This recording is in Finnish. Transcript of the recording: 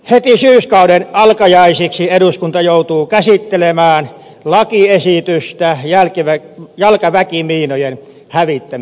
heti syyskauden alkajaisiksi eduskunta joutuu käsittelemään lakiesitystä jalkaväkimiinojen hävittämisestä